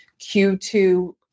Q2